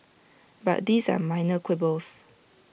but these are minor quibbles